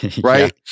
right